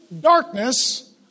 darkness